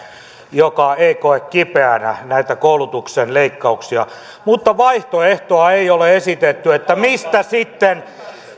joka ei koe kipeänä näitä koulutuksen leikkauksia mutta vaihtoehtoa ei ole esitetty mistä sitten